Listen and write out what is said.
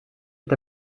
est